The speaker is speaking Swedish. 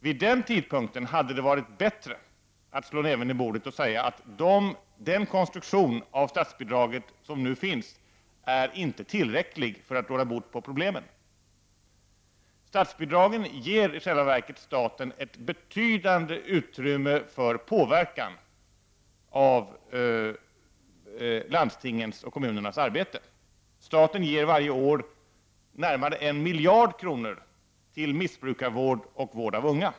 Vid denna tidpunkt hade det varit bättre att slå näven i bordet och säga att den konstruktion av statsbidragen som nu finns inte är tillräcklig för att komma till rätta med problemen. I själva verket ger statsbidragen staten ett betydande utrymme för påverkan av landstingens och kommunernas arbete. Staten ger varje år närmare en miljard kronor till missbrukarvård och vård av unga.